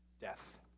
death